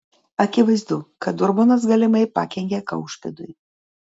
akivaizdu kad urbonas galimai pakenkė kaušpėdui